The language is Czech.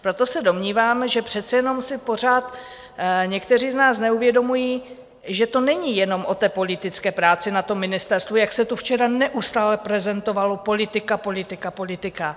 Proto se domnívám, že přece jen si pořád někteří z nás neuvědomují, že to není jenom o politické práci na ministerstvu, jak se tu včera neustále prezentovalo politika, politika, politika.